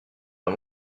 pas